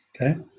Okay